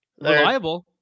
Reliable